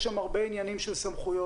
יש שם הרבה עניינים של סמכויות,